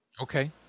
okay